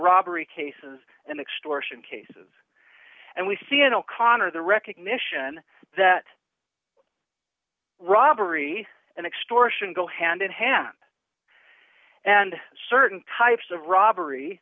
robbery cases and extortion cases and we see an o'connor the recognition that robbery and extortion go hand in hand and certain types of robbery